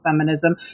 feminism